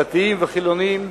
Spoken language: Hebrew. דתיים וחילונים,